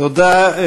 תודה.